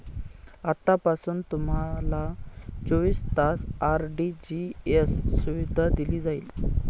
आतापासून तुम्हाला चोवीस तास आर.टी.जी.एस सुविधा दिली जाईल